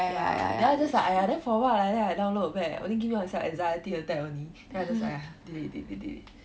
ya then I just like !aiya! then for what like that I download back only give me all the anxiety attack only then I just !aiya! delete it delete